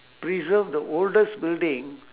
preserve the oldest building